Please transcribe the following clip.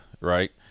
Right